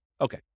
Okay